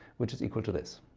which is equal to this.